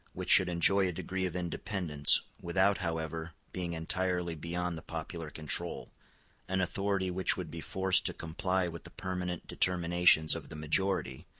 which should enjoy a degree of independence, without, however, being entirely beyond the popular control an authority which would be forced to comply with the permanent determinations of the majority,